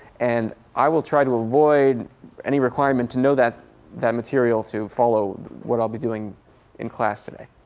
and i will try to avoid any requirement to know that that material to follow what i'll be doing in class today.